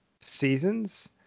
seasons